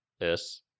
Yes